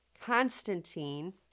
Constantine